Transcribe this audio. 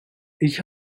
ich